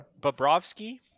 Bobrovsky